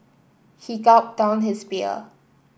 he gulped down his beer